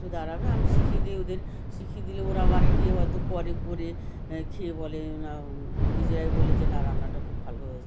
একটু দাঁড়াবে আমি শিখিয়ে দিই ওদের শিখিয়ে দিলে ওরা বাড়ি গিয়ে হয়তো করে করে খেয়ে বলে না নিজেরাই বলে যে না রান্নাটা খুব ভালো হয়েছে